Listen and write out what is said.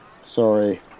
Sorry